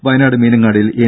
വയനാട് മീനങ്ങാടിയിൽ എൻ